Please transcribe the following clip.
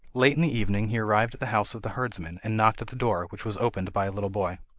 late in the evening he arrived at the house of the herdsman, and knocked at the door, which was opened by a little boy.